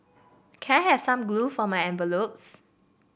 can I have some glue for my envelopes